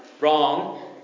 Wrong